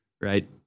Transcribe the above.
right